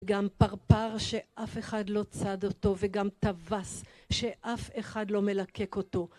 גם פרפר שאף אחד לא צד אותו, וגם טווס שאף אחד לא מלקק אותו.